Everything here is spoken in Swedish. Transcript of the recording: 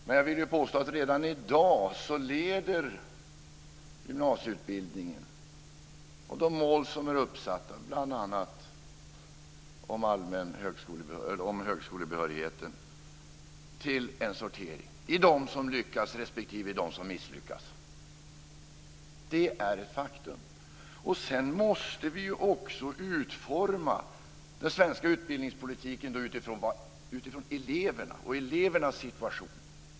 Men jag vill påstå att redan i dag leder gymnasieutbildningen och de mål som är uppsatta, bl.a. om högskolebehörighet, till en sortering i de som lyckas respektive de som misslyckas. Det är ett faktum. Sedan måste vi också utforma den svenska utbildningspolitiken utifrån eleverna och elevernas situation.